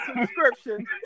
subscription